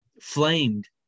flamed